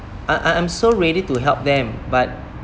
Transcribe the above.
I I I'm so ready to help them but